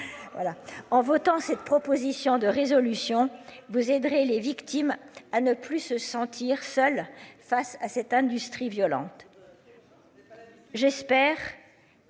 En votant cette proposition de résolution vous aiderez les victimes à ne plus se sentir seul face à cette industrie violente.